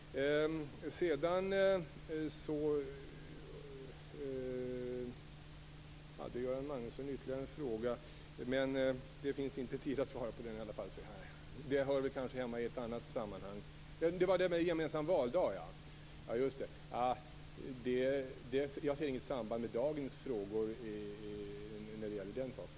Göran Magnusson hade också en fråga om gemensam valdag. Jag ser inget direkt samband mellan den frågan och de frågor vi nu behandlar.